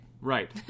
Right